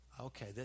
okay